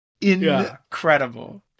Incredible